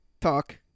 talk